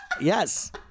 Yes